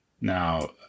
Now